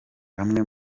bamwe